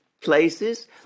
places